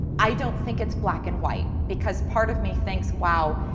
i don't think it's black and white because part of me thinks wow,